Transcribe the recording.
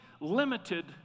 limited